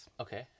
Okay